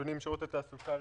שדורשות עבודה.